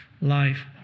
life